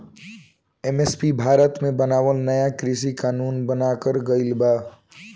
MSP Bharat मे बनावल नाया कृषि कानून बनाकर गइल बा